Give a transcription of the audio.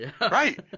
Right